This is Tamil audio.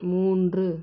மூன்று